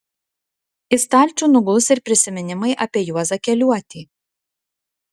į stalčių nuguls ir prisiminimai apie juozą keliuotį